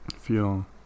feel